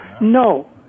No